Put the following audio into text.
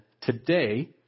Today